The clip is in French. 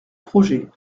projet